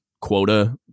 quota